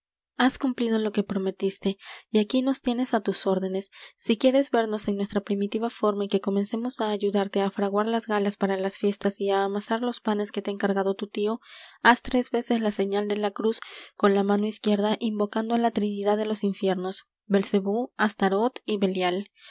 has cumplido lo que prometiste y aquí nos tienes á tus órdenes si quieres vernos en nuestra primitiva forma y que comencemos á ayudarte á fraguar las galas para las fiestas y á amasar los panes que te ha encargado tu tío haz tres veces la señal de la cruz con la mano izquierda invocando á la trinidad de los infiernos belcebú astarot y belial